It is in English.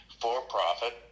for-profit